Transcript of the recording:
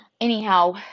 anyhow